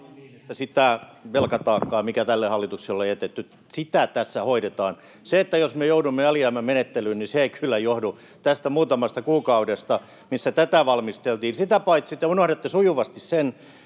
sitä velkataakkaa, mikä tälle hallitukselle on jätetty, tässä hoidetaan. Se, jos me joudumme alijäämämenettelyyn, ei kyllä johdu tästä muutamasta kuukaudesta, missä tätä valmisteltiin. Sitä paitsi te unohdatte sujuvasti sen,